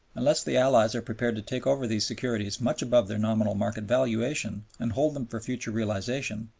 unless the allies are prepared to take over these securities much above their nominal market valuation, and hold them for future realization,